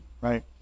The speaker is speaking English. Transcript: right